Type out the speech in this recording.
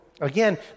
Again